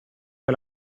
che